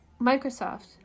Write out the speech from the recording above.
Microsoft